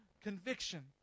conviction